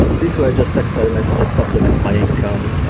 these were just experiments to just supplement my income.